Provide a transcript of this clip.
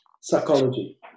psychology